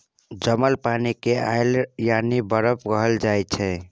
जमल पानि केँ आइस यानी बरफ कहल जाइ छै